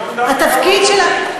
היא עמדה בקו החזית.